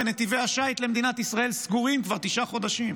ונתיבי השיט למדינת ישראל סגורים כבר תשעה חודשים,